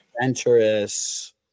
adventurous